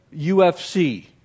UFC